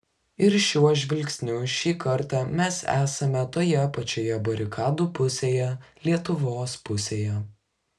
ir šiuo žvilgsniu šį kartą mes esame toje pačioje barikadų pusėje lietuvos pusėje